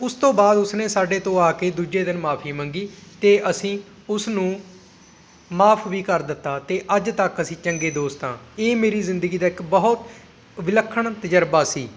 ਉਸ ਤੋਂ ਬਾਅਦ ਉਸਨੇ ਸਾਡੇ ਤੋਂ ਆ ਕੇ ਦੂਜੇ ਦਿਨ ਮਾਫ਼ੀ ਮੰਗੀ ਅਤੇ ਅਸੀਂ ਉਸਨੂੰ ਮਾਫ ਵੀ ਕਰ ਦਿੱਤਾ ਅਤੇ ਅੱਜ ਤੱਕ ਅਸੀਂ ਚੰਗੇ ਦੋਸਤ ਹਾਂ ਇਹ ਮੇਰੀ ਜ਼ਿੰਦਗੀ ਦਾ ਇੱਕ ਬਹੁਤ ਵਿਲੱਖਣ ਤਜ਼ਰਬਾ ਸੀ